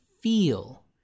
feel